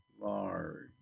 large